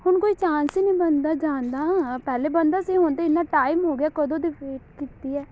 ਹੁਣ ਕੋਈ ਚਾਂਸ ਹੀ ਨਹੀਂ ਬਣਦਾ ਜਾਣ ਦਾ ਪਹਿਲਾਂ ਬਣਦਾ ਸੀ ਹੁਣ ਤਾਂ ਇੰਨਾ ਟਾਈਮ ਹੋ ਗਿਆ ਕਦੋਂ ਦੀ ਵੇਟ ਕੀਤੀ ਹੈ